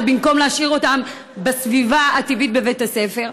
במקום להשאיר אותם בסביבה הטבעית בבית הספר.